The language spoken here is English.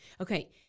Okay